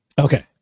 Okay